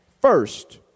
first